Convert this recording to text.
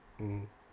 mm